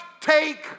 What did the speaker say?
Take